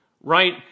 right